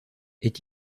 est